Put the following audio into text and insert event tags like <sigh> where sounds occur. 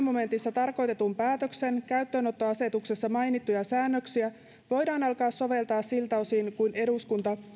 <unintelligible> momentissa tarkoitetun päätöksen käyttöönottoasetuksessa mainittuja säännöksiä voidaan alkaa soveltaa siltä osin kuin eduskunta